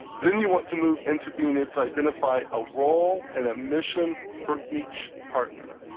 then you want to move into being able to identify a role and a mission for each partner.